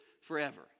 forever